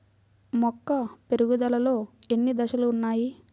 మొక్క పెరుగుదలలో ఎన్ని దశలు వున్నాయి?